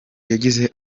yagize